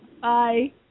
Bye